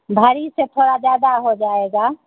भारी से थोड़ा ज़्यादा हो जाएगा